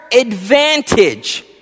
advantage